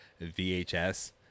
VHS